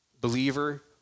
believer